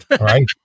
Right